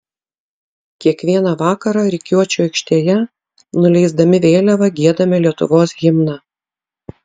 kiekvieną vakarą rikiuočių aikštėje nuleisdami vėliavą giedame lietuvos himną